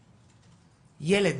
ילד,